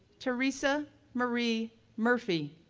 theresa marie murphy,